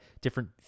different